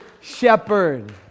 shepherd